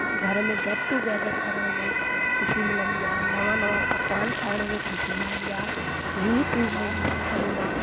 घर में get together करण में ख़ुशी मिलंदी आहे नवा नवा पकवान ठाहिण में ख़ुशी मिलंदी आहे या यूट्यूब में ॾिसी करे मां